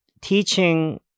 teaching